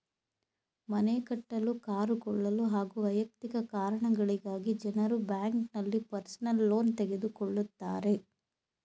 ಮನೆ ಕಟ್ಟಿಸಲು ಕಾರು ಕೊಳ್ಳಲು ಹಾಗೂ ವೈಯಕ್ತಿಕ ಕಾರಣಗಳಿಗಾಗಿ ಜನರು ಬ್ಯಾಂಕ್ನಲ್ಲಿ ಪರ್ಸನಲ್ ಲೋನ್ ತೆಗೆದುಕೊಳ್ಳುತ್ತಾರೆ